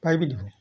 পাৰিবি তাৰমানে